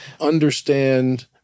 understand